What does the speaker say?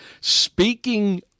Speaking